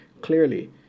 clearly